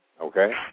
okay